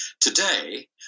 Today